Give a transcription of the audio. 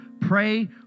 Pray